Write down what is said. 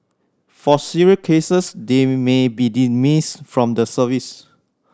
for serious cases they may be dismissed from the service